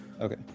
Okay